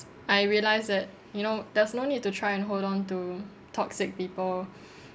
I realised that you know there's no need to try and hold on to toxic people